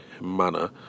manner